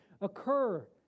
occur